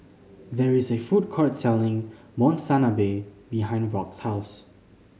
there is a food court selling Monsunabe behind Rock's house